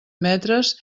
metres